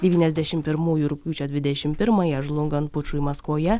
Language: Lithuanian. devyniasdešimt pirmųjų rugpjūčio dvidešim pirmąją žlungant pučui maskvoje